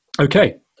Okay